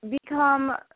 become